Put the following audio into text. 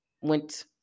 went